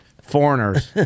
foreigners